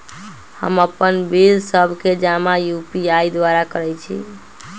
हम अप्पन बिल सभ के जमा यू.पी.आई द्वारा करइ छी